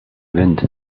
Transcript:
wind